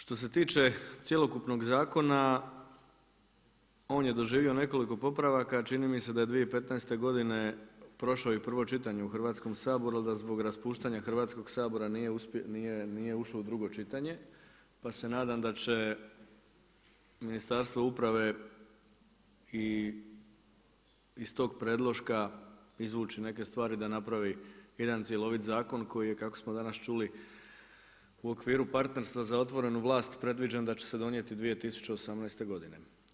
Što se tiče cjelokupnog zakona on je doživio nekoliko popravaka a čini mi se da je 2015. prošao i prvo čitanje u Hrvatskom saboru ali da zbog raspuštanja Hrvatskoga sabora nije ušao u drugo čitanje pa se nadam da će Ministarstvo uprave i iz tog predloška izvući neke stvari da napravi jedan cjelovit zakon koji je kako smo danas čuli u okviru partnerstva za otvorenu vlast predviđen da će se donijeti 2018. godine.